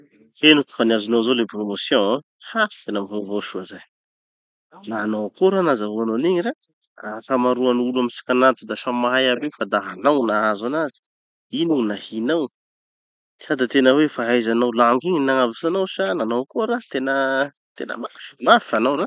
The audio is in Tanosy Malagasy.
Henoko fa niazonao zao le promotion. Ha! Tena vaovao soa zay. Nanao akory ra nazahoanao anigny ra? Akamaroan'olo amitsikan'ato da samy mahay aby io fa da hanao gny nahazo anazy. Ino gny nahinao? Sa da tena hoe fahaizanao langues igny nagnavotsy anao sa nanao akory ra? Tena, tena mafy, mafy hanao ra!